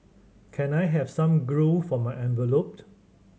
can I have some grue for my envelopes